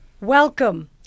Welcome